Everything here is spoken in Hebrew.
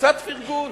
קצת פרגון.